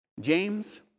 James